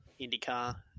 IndyCar